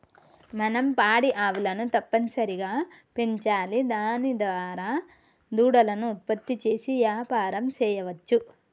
మనం పాడి ఆవులను తప్పనిసరిగా పెంచాలి దాని దారా దూడలను ఉత్పత్తి చేసి యాపారం సెయ్యవచ్చు